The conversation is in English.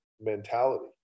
mentality